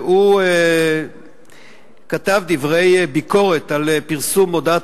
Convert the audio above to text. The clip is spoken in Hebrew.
והוא כתב דברי ביקורת על פרסום מודעת